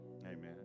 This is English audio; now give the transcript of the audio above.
Amen